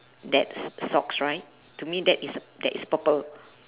that socks right to me that is uh that is purple